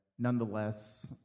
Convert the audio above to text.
nonetheless